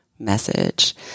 Message